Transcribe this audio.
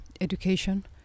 education